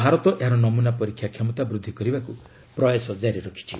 ଭାରତ ଏହାର ନମୁନା ପରୀକ୍ଷା କ୍ଷମତା ବୃଦ୍ଧି କରିବାକୁ ପ୍ରୟାସ ଜାରି ରଖିଛି